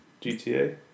GTA